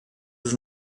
than